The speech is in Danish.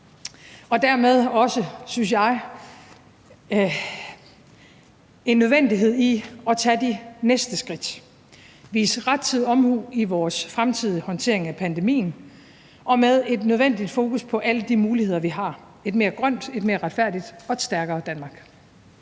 – dermed også en nødvendighed i at tage de næste skridt, vise rettidig omhu i vores fremtidige håndtering af pandemien og med et nødvendigt fokus på alle de muligheder, vi har, et mere grønt, et mere retfærdigt og et stærkere Danmark.